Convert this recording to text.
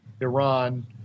Iran